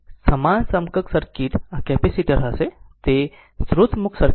તેથી સમાન સમકક્ષ સર્કિટ આ કેપેસિટર હશે તે સ્રોત મુક્ત સર્કિટ છે